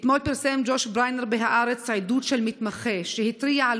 אתמול פרסם ג'וש בריינר בהארץ עדות של מתמחה שהתריע על